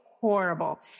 horrible